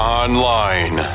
online